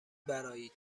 برآیید